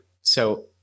So-